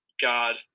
God